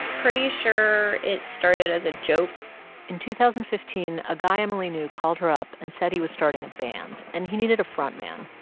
pretty sure it started as a joke in two thousand and fifteen, a guy family knew called her up and said he was starting a band. and he needed a frontman,